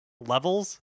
levels